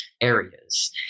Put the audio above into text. areas